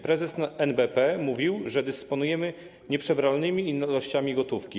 Prezes NBP mówił, że dysponujemy nieprzebranymi ilościami gotówki.